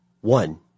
One